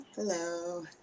hello